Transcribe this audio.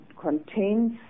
contains